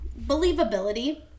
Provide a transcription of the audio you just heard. believability